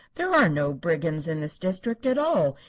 there are no brigands in this district at all.